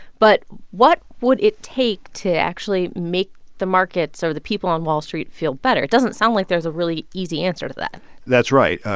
but what would it take to actually make the markets or the people on wall street feel better? it doesn't sound like there's a really easy answer to that that's right.